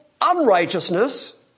unrighteousness